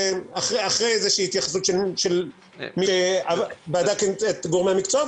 אחרי התייחסות של גורמי המקצוע.